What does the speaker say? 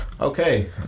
Okay